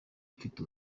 mfite